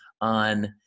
on